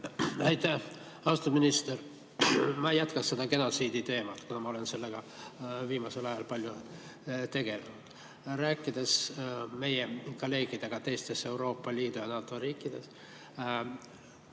Aitäh! Austatud minister! Ma jätkan seda genotsiidi teemat, kuna ma olen sellega viimasel ajal palju tegelenud. Kui rääkida meie kolleegidega teistes Euroopa Liidu ja NATO riikides,